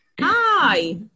Hi